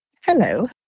Hello